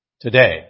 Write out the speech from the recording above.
Today